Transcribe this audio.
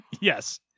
Yes